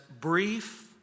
brief